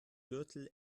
gürtel